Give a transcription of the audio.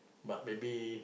but maybe